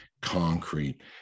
concrete